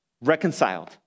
Reconciled